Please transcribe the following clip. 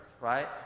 right